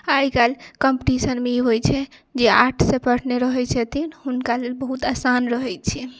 आइकाल्हि कॉम्पिटिशनमे ई होइ छै जे आर्ट्ससँ पढ़ने रहै छथिन हुनका लेल बहुत आसान रहै छै